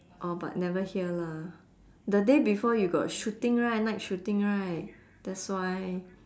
orh but never hear lah the day before you got shooting right night shooting right that's why